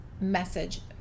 message